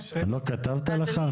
לא כתבת לך?